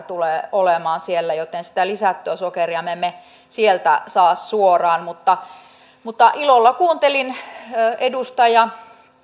tulee olemaan kokonaissokerimäärä joten sitä lisättyä sokeria me emme sieltä saa suoraan mutta mutta ilolla kuuntelin edustaja